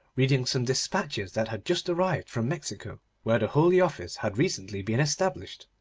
reading some despatches that had just arrived from mexico, where the holy office had recently been established.